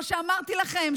כמו שאמרתי לכם,